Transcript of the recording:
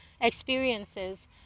experiences